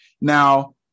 Now